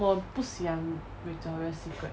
我不喜欢 victoria secret